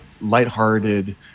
lighthearted